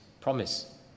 promise